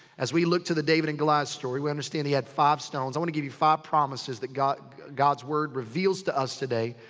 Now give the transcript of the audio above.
as we look to the david and goliath story. we understand he had five stones. i wanna give you five promises that god's god's word reveals to us today.